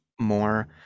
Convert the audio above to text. more